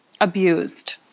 abused